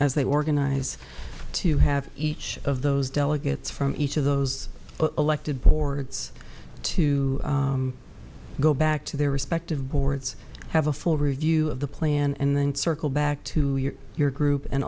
as they organize to have each of those delegates from each of those elected boards to go back to their respective boards have a full review of the plan and then circle back to your group and